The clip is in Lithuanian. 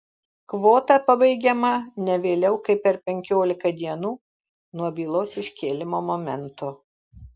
kvota pabaigiama ne vėliau kaip per penkiolika dienų nuo bylos iškėlimo momento